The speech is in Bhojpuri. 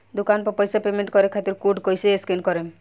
दूकान पर पैसा पेमेंट करे खातिर कोड कैसे स्कैन करेम?